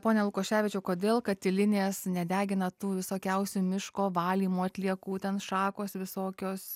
pone lukoševičiau kodėl katilinės nedegina tų visokiausių miško valymo atliekų ten šakos visokios